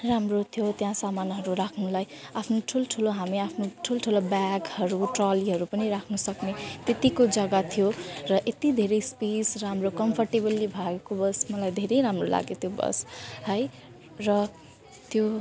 राम्रो थियो त्यहाँ सामानहरू राख्नुलाई आफ्नो ठुल्ठुलो हामी आफ्नो ठुल्ठुलो ब्यागहरू ट्रलीहरू पनि राख्नसक्ने त्यत्तिको जग्गा थियो र यत्ति धेरै स्पेस राम्रो कम्फर्टेबली भएको बस मलाई धेरै राम्रो लाग्यो त्यो बस है र त्यो